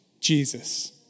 Jesus